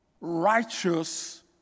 righteous